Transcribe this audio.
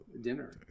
dinner